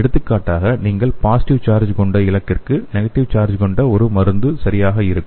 எடுத்துக்காட்டாக நீங்கள் positive charge கொண்ட இலக்கிற்கு நெகடிவ் சார்ஜ் கொண்ட ஒரு மருந்து சரியாக இருக்கும்